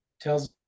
tells